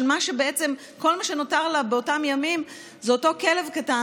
שכל מה שנותר לה באותם ימים זה אותו כלב קטן